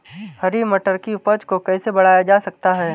हरी मटर की उपज को कैसे बढ़ाया जा सकता है?